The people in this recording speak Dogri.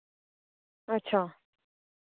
अच्छा